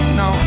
no